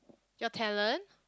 your talent